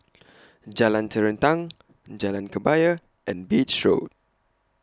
Jalan Terentang Jalan Kebaya and Beach Road